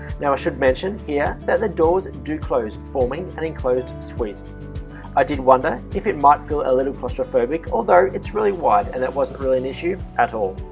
now i should mention here that the doors do close forming an enclosed suites i did wonder if it might feel a little claustrophobic. although it's really wide and it wasn't really an issue at all.